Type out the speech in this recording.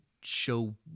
show